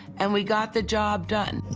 and we got the job done.